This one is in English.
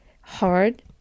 hard